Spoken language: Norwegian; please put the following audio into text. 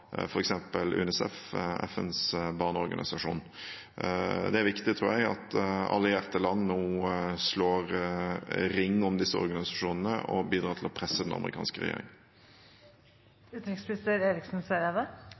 er viktig at allierte land nå slår ring om disse organisasjonene og bidrar til å presse den amerikanske